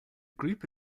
group